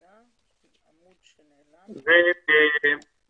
תקנה 2 ו-8 לתקנות חינוך ממלכתי (מוסדות מוכרים),התשי"ד-1953".